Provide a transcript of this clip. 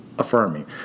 affirming